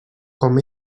com